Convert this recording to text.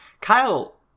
Kyle